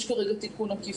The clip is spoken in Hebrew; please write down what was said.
יש כרגע תיקון עקיף